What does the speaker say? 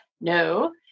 No